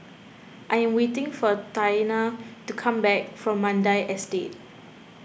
I am waiting for Taina to come back from Mandai Estate